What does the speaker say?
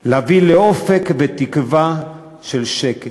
להביא לאופק ותקווה של שקט.